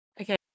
Okay